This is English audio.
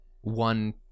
one